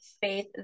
faith